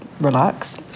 relax